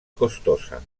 costosa